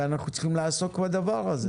ואנחנו צריכים לעסוק בדבר הזה.